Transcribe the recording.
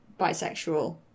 bisexual